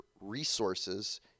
resources